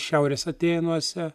šiaurės atėnuose